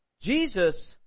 Jesus